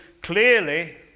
clearly